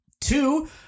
Two